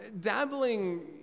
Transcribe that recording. Dabbling